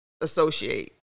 associate